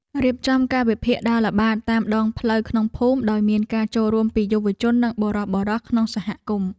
រៀបចំកាលវិភាគដើរល្បាតតាមដងផ្លូវក្នុងភូមិដោយមានការចូលរួមពីយុវជននិងបុរសៗក្នុងសហគមន៍។